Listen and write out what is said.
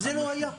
זה לא היה.